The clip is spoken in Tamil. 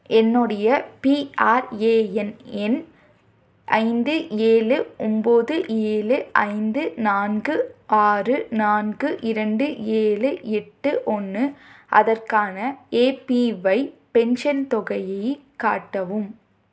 என்னுடைய பிஆர்ஏஎன் எண் ஐந்து ஏழு ஒம்பது ஏழு ஐந்து நான்கு ஆறு நான்கு இரண்டு ஏழு எட்டு ஒன்று அதற்கான ஏபிஒய் பென்ஷன் தொகையைக் காட்டவும்